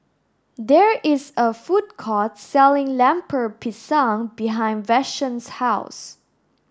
there is a food court selling Lemper Pisang behind Vashon's house